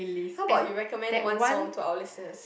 how about you recommend one song to our listeners